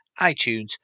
iTunes